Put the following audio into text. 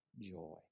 joy